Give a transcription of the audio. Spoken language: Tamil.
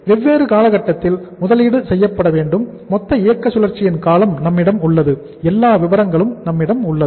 வெவ்வேறு காலகட்டத்தில் முதலீடு செய்யப்பட வேண்டும் மொத்த இயக்க சுழற்சியின் காலம் நம்மிடம் உள்ளது எல்லா விபரங்களும் நம்மிடம் உள்ளது